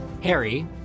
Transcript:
Harry